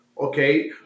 Okay